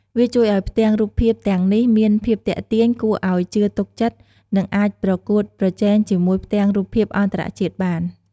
វាជួយឱ្យផ្ទាំងរូបភាពទាំងនេះមាន ភាពទាក់ទាញ គួរឱ្យជឿទុកចិត្ត និងអាចប្រកួតប្រជែងជាមួយផ្ទាំងរូបភាពអន្តរជាតិបាន ។